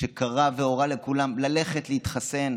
קרא והורה לכולם ללכת להתחסן,